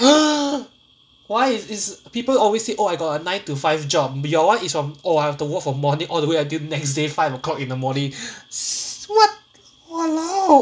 why is is people always say oh I got a nine to five job your one is from oh I have to walk from morning all the way until next day five o'clock in the morning what !walao!